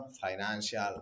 financial